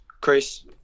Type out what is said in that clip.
Chris